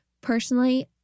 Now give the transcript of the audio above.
Personally